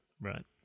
right